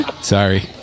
sorry